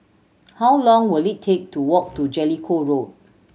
how long will it take to walk to Jellicoe Road